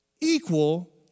Equal